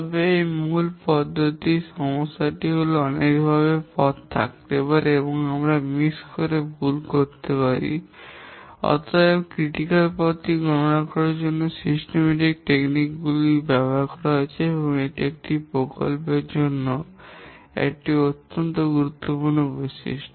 তবে এই পদ্ধতির মূল সমস্যাটি হল অনেকগুলি পথ থাকতে পারে যা আমরা মিস করে ভুল করতে পারি এবং অতএব সমালোচনামূলক পথটি গণনা করার জন্য পদ্ধতিগত কৌশল গুলি তৈরি করা হয়েছে কারণ এটি একটি প্রকল্পের একটি অত্যন্ত গুরুত্বপূর্ণ বৈশিষ্ট্য